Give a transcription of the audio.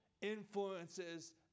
influences